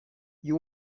you